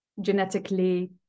genetically